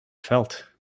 felt